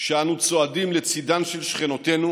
שבה אנו צועדים לצידן של שכנותינו